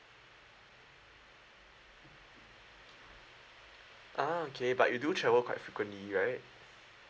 ah okay but you do travel quite frequently right